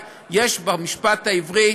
מדינת ישראל הריבונית,